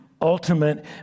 ultimate